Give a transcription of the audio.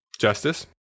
Justice